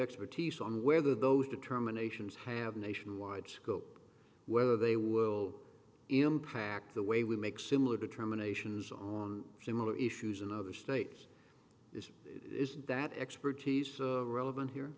expertise on whether those determinations have nation wide scope whether they will impact the way we make similar determinations on similar issues in other states is that expertise relevant here